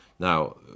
Now